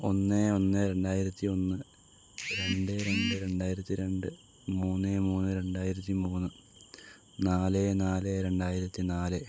ഒന്ന് ഒന്ന് രണ്ടായിരത്തി ഒന്ന് രണ്ട് രണ്ട് രണ്ടായിരത്തി രണ്ട് മൂന്ന് മൂന്നേ രണ്ടായിരത്തി മൂന്ന് നാല് നാല് രണ്ടായിരത്തി നാല്